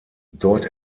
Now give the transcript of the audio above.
dort